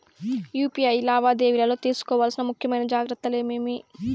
UPI లావాదేవీలలో తీసుకోవాల్సిన ముఖ్యమైన జాగ్రత్తలు ఏమేమీ?